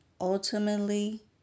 ultimately